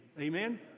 Amen